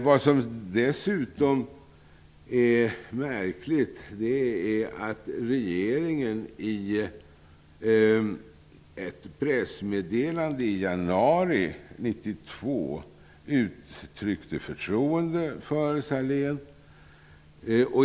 Vad som dessutom är märkligt är att regeringen i ett pressmeddelande i januari 1992 uttryckte förtroende för Sahlén.